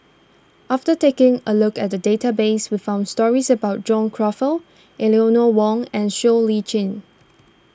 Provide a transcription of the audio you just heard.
after taking a look at the database we found stories about John Crawfurd Eleanor Wong and Siow Lee Chin